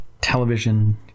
television